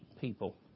people